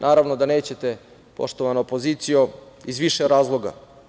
Naravno da nećete, poštovana opozicijo, iz više razloga.